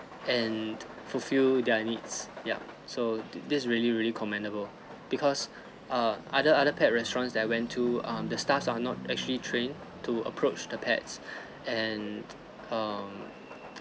and fulfill their needs yup so thi~ this really really commendable because err other other pet restaurants that I went to um the staff are not actually trained to approach the pets and um